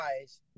guys